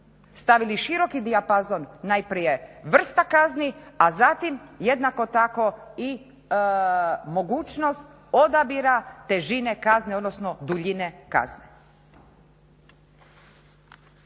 Stavili smo široki dijapazon najprije vrsta kazni, a zatim jednako tako i mogućnost odabira težine kazne odnosno duljine kazne.